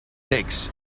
text